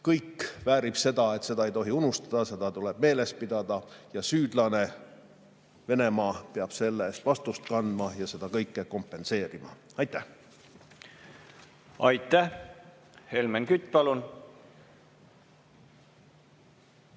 kõik väärib seda, et seda ei tohi unustada, seda tuleb meeles pidada ja süüdlane, Venemaa, peab selle eest vastutust kandma ja seda kõike kompenseerima? Aitäh! Aitäh! Helmen Kütt, palun!